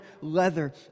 leather